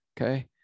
okay